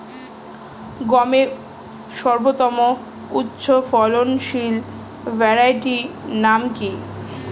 গমের সর্বোত্তম উচ্চফলনশীল ভ্যারাইটি নাম কি?